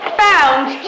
found